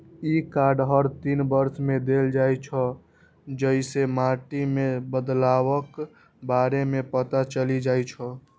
ई card हर तीन वर्ष मे देल जाइ छै, जइसे माटि मे बदलावक बारे मे पता चलि जाइ छै